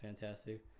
fantastic